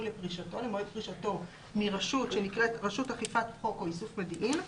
למועד פרישתו מרשות שנקראת רשות אכיפת חוק או איסוף מודיעין,